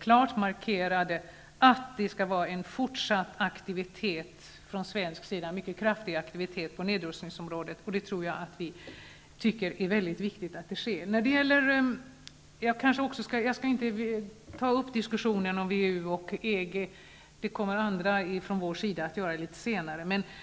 klart markerade att det skall vara en fortsatt mycket kraftig aktivitet från svensk sida på nedrustningsområdet. Det är mycket viktigt att det sker. Jag skall inte ta upp diskussionen om WEU och EG. Det kommer andra från vår sida att göra litet senare.